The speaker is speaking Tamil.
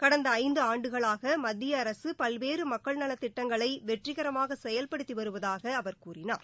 கடந்த ஐந்து ஆண்டுகளாக மத்திய அரசு பல்வேறு மக்கள் நலத் திட்டங்களை வெற்றிகரமாக செயல்படுத்தி வருவதாக அவர் கூறினார்